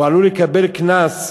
הוא עלול לקבל קנס,